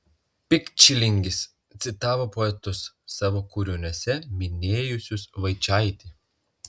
pikčilingis citavo poetus savo kūriniuose minėjusius vaičaitį